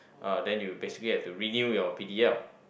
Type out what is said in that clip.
uh then you basically have to renew your P_d_L